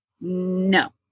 No